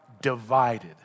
divided